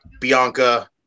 Bianca